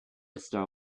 star